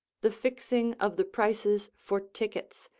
the fixing of the prices for tickets,